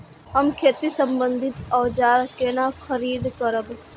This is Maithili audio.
हम खेती सम्बन्धी औजार केना खरीद करब?